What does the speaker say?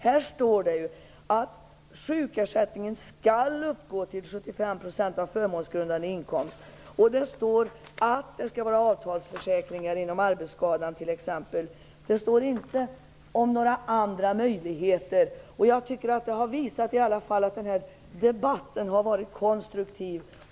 Här står att sjukersättningen skall uppgå till 75 % av förmånsgrundande inkomst, och det står också att det skall vara avtalsförsäkringar inom arbetsskadeområdet. Det står inte om några andra möjligheter. Det har visat sig att den här debatten har varit konstruktiv.